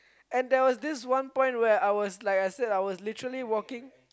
and there was this one point where I was like I said I was literally walking